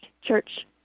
church